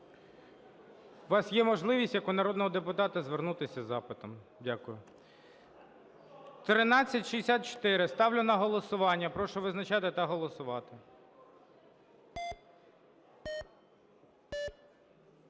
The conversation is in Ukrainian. У вас є можливість як у народного депутата звернутись із запитом. Дякую. 1364 сталю на голосування. Прошу визначатись та голосувати.